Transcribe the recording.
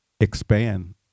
expand